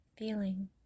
Feeling